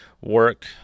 work